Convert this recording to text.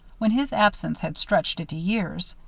when his absence had stretched into years,